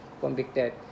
convicted